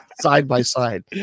side-by-side